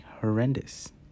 horrendous